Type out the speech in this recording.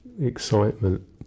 excitement